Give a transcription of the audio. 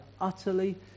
utterly